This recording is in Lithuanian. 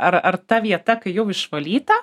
ar ar ta vieta kai jau išvalyta